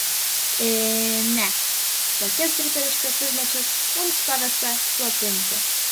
ė ne tokias riteriškas užmačias mums pavesta slopinti